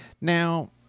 Now